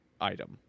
item